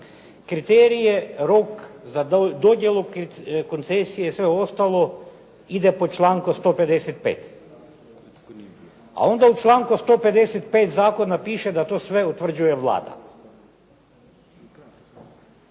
kriterije, rok za dodjelu koncesije i sve ostalo ide po članku 155. A onda u članku 155. Zakona piše da to sve utvrđuje Vlada.